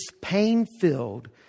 pain-filled